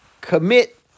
Commit